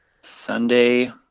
Sunday